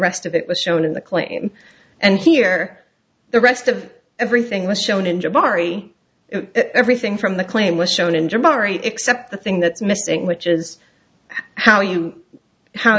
rest of it was shown in the claim and here the rest of everything was shown in jabari everything from the claim was shown in jabari except the thing that's missing which is how you how